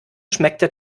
schmeckte